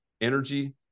energy